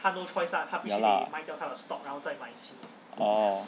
ya lah oh